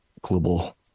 global